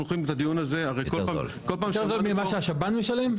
יותר זול ממה שהשב"ן משלם?